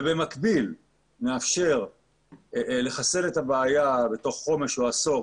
ובמקביל נאפשר לחסל את הבעיה בתוך חומש או עשור,